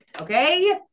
Okay